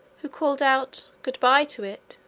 who called out good-bye to it.